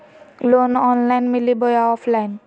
Loan online मिली बोया offline?